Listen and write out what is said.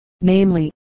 namely